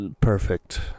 perfect